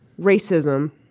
racism